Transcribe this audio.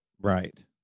Right